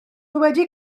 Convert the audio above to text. wedi